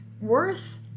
worth